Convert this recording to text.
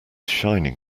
shining